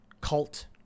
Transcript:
cult